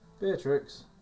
Beatrix